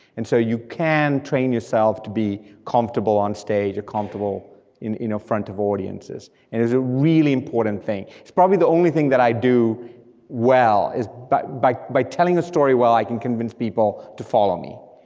and so you can train yourself to be comfortable on stage or comfortable in you know front of audiences, and it is a really important thing. it's probably the only thing that i do is well, is but by by telling a story well, i can convince people to follow me,